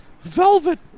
velvet